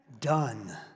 done